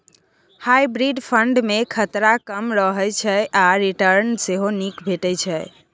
hybrid fund मे खतरा कम रहय छै आ रिटर्न सेहो नीक भेटै छै